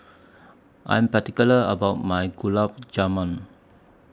I Am particular about My Gulab Jamun